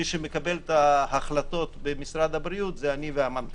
מי שמקבל את ההחלטות במשרד הבריאות זה אני והמנכ"ל,